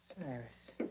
Cyrus